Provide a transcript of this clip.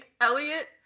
Elliot